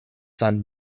son